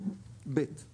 הוא